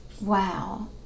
Wow